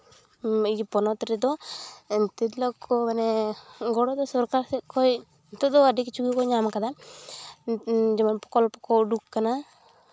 ᱯᱚᱱᱚᱛ ᱨᱮᱫᱚ ᱛᱤᱨᱞᱟᱹ ᱠᱚ ᱢᱟᱱᱮ ᱜᱚᱲᱚ ᱫᱚ ᱥᱚᱨᱠᱟᱨ ᱥᱮᱫ ᱠᱷᱚᱡ ᱱᱤᱛᱚᱜ ᱫᱚ ᱟᱹᱰᱤ ᱠᱤᱪᱷᱩ ᱜᱮᱠᱚ ᱧᱟᱢ ᱟᱠᱟᱫᱟ ᱡᱮᱢᱚᱱ ᱯᱨᱚᱠᱚᱞᱯᱚ ᱠᱚ ᱩᱰᱩᱠ ᱟᱠᱟᱱᱟ